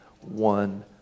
one